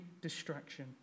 distraction